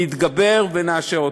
נתגבר ונאשר אותו.